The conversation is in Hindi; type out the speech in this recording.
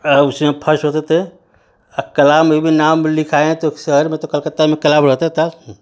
उसी में फस्ट होते थे आ कला में भी नाम लिखाएँ तो शहर में तो कलकत्ता में कलाब रहता था